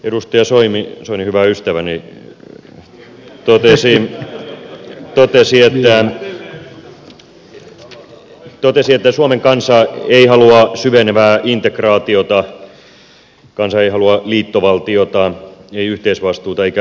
edustaja soini hyvä ystäväni totesi että suomen kansa ei halua syvenevää integraatiota kansa ei halua liittovaltiota ei yhteisvastuuta eikä eurobondeja